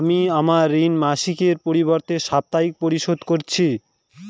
আমি আমার ঋণ মাসিকের পরিবর্তে সাপ্তাহিক পরিশোধ করছি